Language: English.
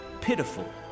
pitiful